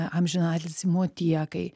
amžiną atilsį motiekai